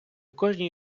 кожній